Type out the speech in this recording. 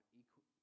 equal